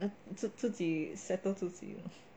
自己 settle 自己